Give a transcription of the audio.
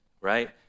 right